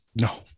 No